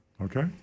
Okay